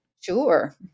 Sure